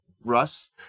Russ